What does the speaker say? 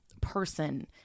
person